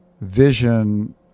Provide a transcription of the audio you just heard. vision –